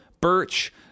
birch